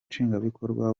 nshingwabikorwa